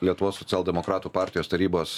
lietuvos socialdemokratų partijos tarybos